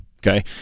Okay